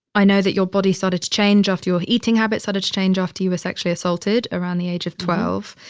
i know that your body started to change after your eating habits started to change after you were sexually assaulted around the age of twelve.